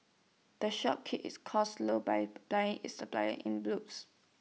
the shop keeps its costs low by buying its supplies in bulks